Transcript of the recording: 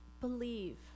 Believe